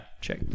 check